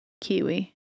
kiwi